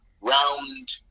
round